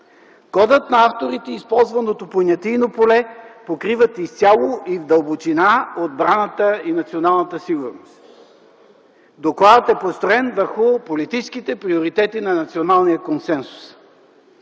Кодът на авторите и използваното понятийно поле покриват изцяло и в дълбочина отбраната и националната сигурност. Докладът е построен върху политическите приоритети на националния консенсус.